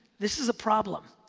this is a problem.